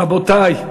רבותי,